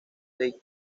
que